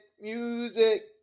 music